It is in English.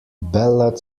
bela